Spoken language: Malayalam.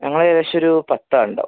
ഞങ്ങൾ ഏകദേശം ഒരു പത്ത് ആളുണ്ടാവും